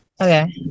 Okay